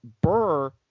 Burr